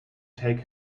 take